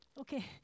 Okay